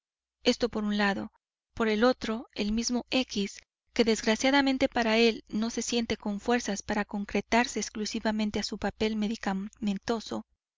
esto por un lado por el otro el mismo x que desgraciadamente para él no se siente con fuerzas para concretarse exclusivamente a su papel medicamentoso